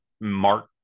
Mark